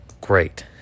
great